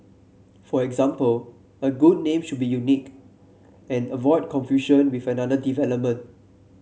for example a good name should be unique and avoid confusion with another development